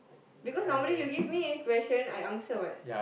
because normally you give a question I answer what